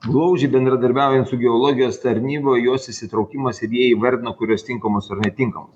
glaudžiai bendradarbiaujant su geologijos tarnyba jos įsitraukimas ir jie įvardino kurios tinkamos ir netinkamos